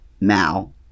Mal